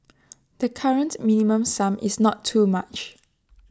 the current minimum sum is not too much